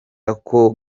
ako